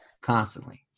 Constantly